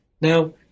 Now